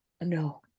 No